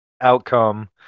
outcome